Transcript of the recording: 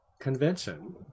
convention